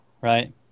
right